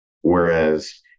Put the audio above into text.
Whereas